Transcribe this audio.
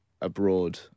abroad